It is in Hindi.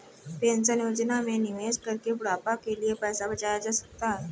पेंशन योजना में निवेश करके बुढ़ापे के लिए पैसा बचाया जा सकता है